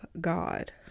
God